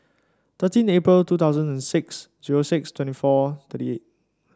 thirteen April two thousand and six zero six twenty four thirty eight